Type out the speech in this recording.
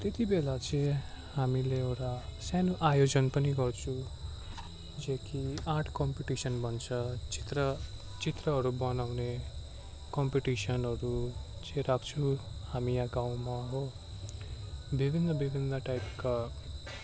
त्यति बेला चाहिँ हामीले एउटा सानो आयोजन पनि गर्छु जो कि आर्ट कम्पिटिसन भन्छ चित्र चित्रहरू बनाउने कम्पिटिसनहरू चाहिँ राख्छु हामी यहाँ गाउँमा हो विभिन्न विभिन्न टाइपका